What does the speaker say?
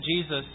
Jesus